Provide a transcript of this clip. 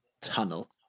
tunnel